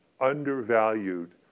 undervalued